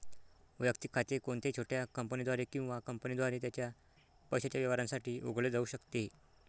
वैयक्तिक खाते कोणत्याही छोट्या कंपनीद्वारे किंवा कंपनीद्वारे त्याच्या पैशाच्या व्यवहारांसाठी उघडले जाऊ शकते